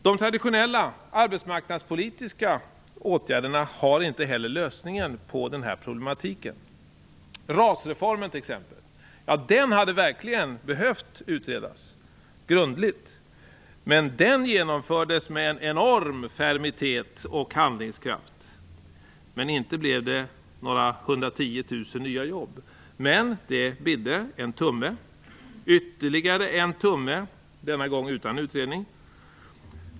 De traditionella arbetsmarknadspolitiska åtgärderna har inte heller lösningen på den här problematiken. RAS-reformen t.ex. hade verkligen behövt utredas grundligt. Men den genomfördes med en enorm fermitet och handlingskraft. Inte blev det några 110 000 nya jobb. Men det bidde en tumme, ytterligare en tumme, denna gång utan utredning.